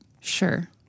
Sure